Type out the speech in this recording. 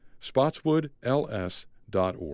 spotswoodls.org